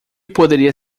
poderia